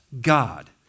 God